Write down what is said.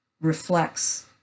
reflects